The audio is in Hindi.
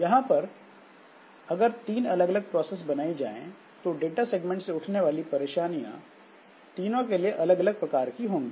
यहां पर अगर तीन अलग अलग प्रोसेस बनाई जाए तो डाटा सेगमेंट से उठने वाली परेशानियां तीनों के लिए अलग अलग प्रकार की होगी